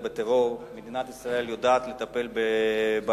מדינת ישראל יודעת לטפל בטרור,